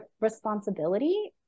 responsibility